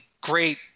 great